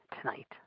tonight